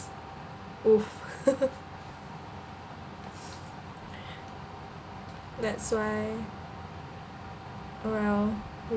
!oof! that's why well